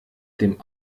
dem